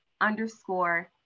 underscore